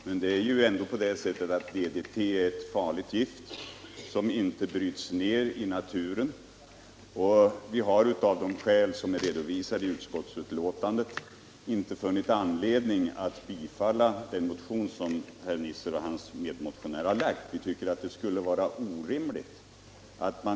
Men DDT är ju ett farligt gift som inte bryts ner i naturen, och vi har av de skäl som är redovisade i utskottsbetänkandet inte funnit anledning att tillstyrka bifall till den motion som herr Nisser och hans medmotionär framlagt.